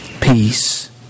peace